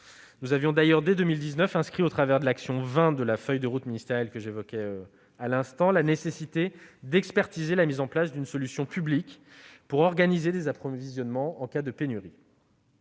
Nous avions d'ailleurs inscrit, dès 2019, au travers de l'action n° 20 de la feuille de route ministérielle que j'évoquais à l'instant, la nécessité d'expertiser la mise en place d'une solution publique pour organiser des approvisionnements en cas de pénurie.